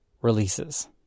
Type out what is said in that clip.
releases